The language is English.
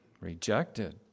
Rejected